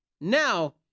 now